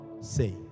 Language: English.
say